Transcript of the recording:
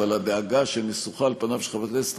אבל הדאגה שנסוכה על פניו של חבר הכנסת